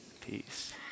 Peace